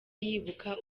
yibuka